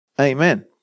Amen